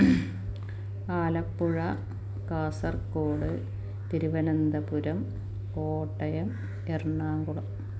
Alappuzha Kasaragod Thiruvananthapuram Kottayam Ernakulam